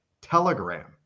Telegram